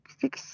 six